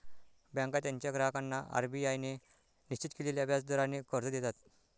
बँका त्यांच्या ग्राहकांना आर.बी.आय ने निश्चित केलेल्या व्याज दराने कर्ज देतात